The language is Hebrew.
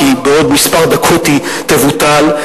כי בעוד כמה דקות היא תבוטל,